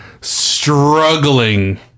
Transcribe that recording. struggling